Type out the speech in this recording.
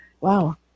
Wow